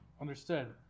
understood